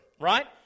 right